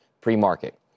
pre-market